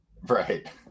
Right